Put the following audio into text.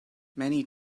many